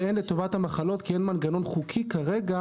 אין לטובת המחלות כי אין מנגנון חוקי כרגע